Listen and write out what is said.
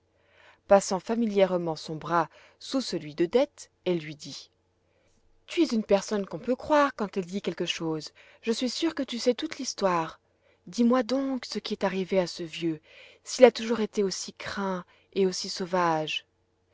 passant familièrement son bras sous celui de dete elle lui dit tu es une personne qu'on peut croire quand elle dit quelque chose je suis sûre que tu sais toute l'histoire dis-moi donc ce qui est arrivé à ce vieux s'il a toujours été aussi craint et aussi sauvage